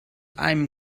einem